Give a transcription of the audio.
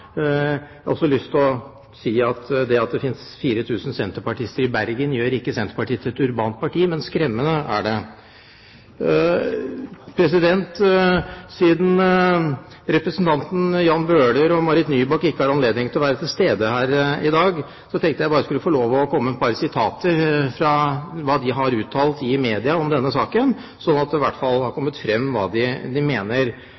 Jeg har også lyst til å si at det at det finnes 4 000 senterpartister i Bergen, gjør ikke Senterpartiet til et urbant parti – men skremmende er det. Siden representantene Jan Bøhler og Marit Nybakk ikke har anledning til å være til stede her i dag, tenkte jeg at jeg bare skulle få lov til å komme med et par sitater fra hva de har uttalt i media om denne saken, slik at det i hvert fall har kommet fram hva de mener.